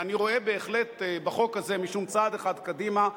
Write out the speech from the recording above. ואני רואה בהחלט בחוק הזה משום צעד אחד קדימה,